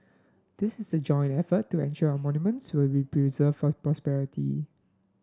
this is a joint effort to ensure our monuments will preserved for posterity